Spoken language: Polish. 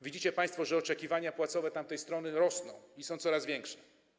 Widzicie państwo, że oczekiwania płacowe tamtej strony rosną i są coraz większe.